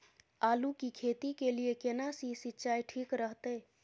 आलू की खेती के लिये केना सी सिंचाई ठीक रहतै?